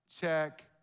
check